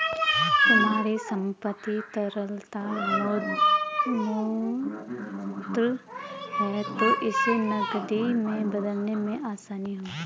तुम्हारी संपत्ति तरलता मूर्त है तो इसे नकदी में बदलने में आसानी होगी